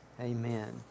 Amen